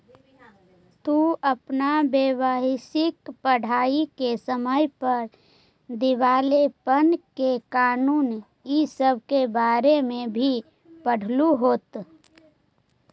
तू अपन व्यावसायिक पढ़ाई के समय पर दिवालेपन के कानून इ सब के बारे में भी पढ़लहू होत